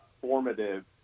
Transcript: formative